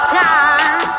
time